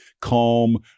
calm